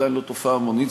עדיין לא תופעה עממית,